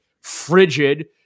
frigid